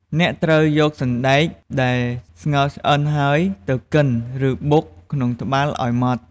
អ្នកត្រូវយកសណ្ដែកដែលស្ងោរឆ្អិនហើយ ទៅកិន ឬបុកក្នុងត្បាល់ឲ្យម៉ដ្ឋ ។